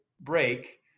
break